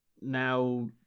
now